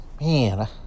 Man